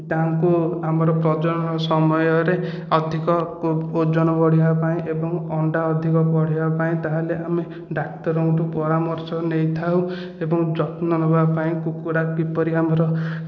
ତାହାଙ୍କୁ ଆମର ପ୍ରଜନନ ସମୟରେ ଅଧିକ ଓଜନ ବଢ଼ିବା ପାଇଁ ଏବଂ ଅଣ୍ଡା ଅଧିକ ବଢ଼ିବା ପାଇଁ ତାହେଲେ ଆମେ ଡାକ୍ତରଙ୍କଠୁ ପରାମର୍ଶ ନେଇଥାଉ ଏବଂ ଯତ୍ନ ନେବାପାଇଁ କୁକୁଡ଼ା କିପରି ଆମର